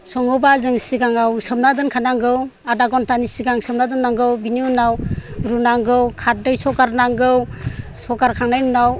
सङोबा जों सिगाङाव सोमना दोनखानांगौ आदा घन्टानि सिगां सोमनानै दोननांगौ बिनि उनाव रुनांगौ खारदै सगार नांगौ सगार खांनायनि उनाव